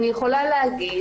אני יכולה להגיד,